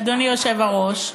אדוני היושב-ראש,